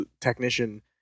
technician